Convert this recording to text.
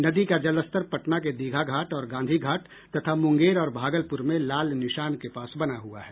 नदी का जलस्तर पटना के दीघा घाट और गांधी घाट तथा मुंगेर और भागलपुर में लाल निशान के पास बना हुआ है